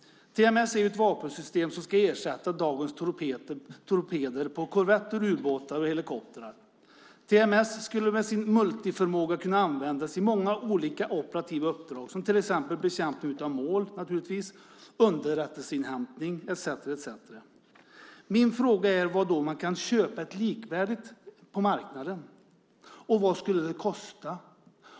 TMS är ju ett vapensystem som ska ersätta dagens torpeder på korvetter, ubåtar och helikoptrar. TMS skulle med sin multiförmåga kunna användas i många olika operativa uppdrag som naturligtvis bekämpning av mål, underrättelseinhämtning etcetera. Min fråga är: Var kan man köpa ett likvärdigt system på marknaden och vad skulle det kosta?